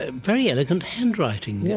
ah very elegant handwriting. yeah